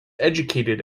educated